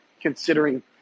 considering